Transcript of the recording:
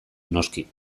noski